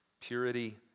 Purity